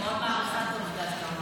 מעריכה את העובדה שאתה,